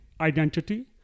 identity